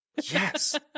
yes